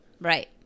Right